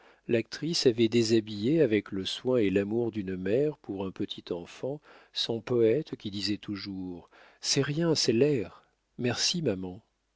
l'actrice avait déshabillé avec le soin et l'amour d'une mère pour un petit enfant son poète qui disait toujours c'est rien c'est l'air merci maman